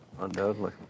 undoubtedly